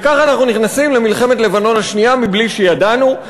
וכך אנחנו נכנסים למלחמת לבנון השנייה בלי שידענו,